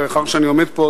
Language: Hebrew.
מאחר שאני עומד פה,